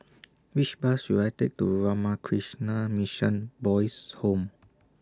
Which Bus should I Take to Ramakrishna Mission Boys' Home